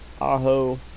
Aho